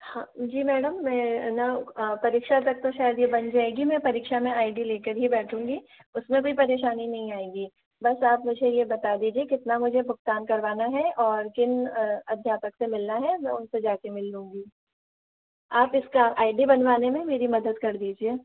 हाँ जी मैडम मैं न परीक्षा तक तो शायद ये बन जाएंगी मैं परीक्षा में आई डी लेकर ही बैठूँगी उसमें कोई परेशानी नहीं आएंगी बस आप मुझे ये बता दीजिए कितना मुझे भुगतान करवाना है और किन अध्यापक से मिलना है मैं उनसे जा के मिल लूंगी आप इसका आई डी बनवाने में मेरी मदद कर दीजिए